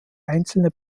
einzelne